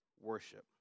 worship